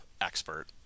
expert